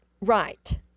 Right